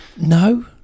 no